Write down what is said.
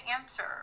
answer